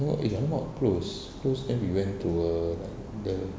eh !alamak! closed closed then we went to err the